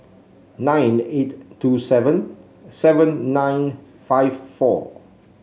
nine eight two seven seven nine five four